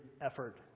effort